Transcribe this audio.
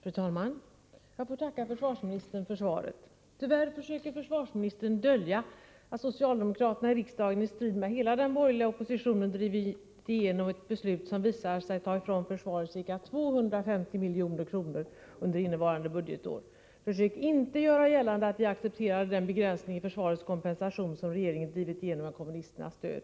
Fru talman! Jag får tacka försvarsministern för svaret. Tyvärr försöker försvarsministern dölja att socialdemokraterna i riksdageni strid mot hela den borgerliga oppositionen drivit igenom ett beslut som visar sig ta ifrån försvaret ca 250 milj.kr. under innevarande budgetår. Försök inte göra gällande att vi accepterade den begränsning i försvarets kompensation som regeringen drivit igenom med kommunisternas stöd!